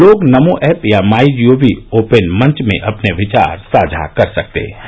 लोग नमो ऐप या my G O V open मंच में अपने विचार साझा कर सकते हैं